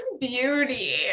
beauty